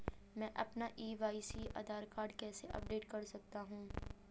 मैं अपना e KYC Aadhaar card कैसे अपडेट कर सकता हूँ?